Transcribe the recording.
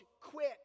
quit